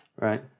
right